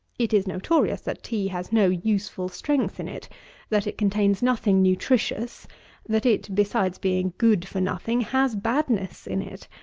it is notorious that tea has no useful strength in it that it contains nothing nutritious that it, besides being good for nothing, has badness in it,